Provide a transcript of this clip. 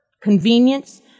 convenience